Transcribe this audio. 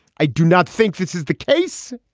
i do not think this is the case,